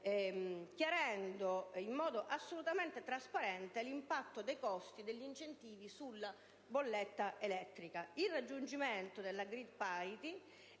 chiarendo in modo assolutamente trasparente l'impatto dei costi degli incentivi sulla bolletta elettrica; il raggiungimento della *grid parity*